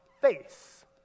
face